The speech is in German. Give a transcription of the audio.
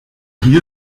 hier